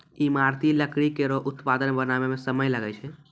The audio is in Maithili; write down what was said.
ईमारती लकड़ी केरो उत्पाद बनावै म समय लागै छै